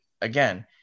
again –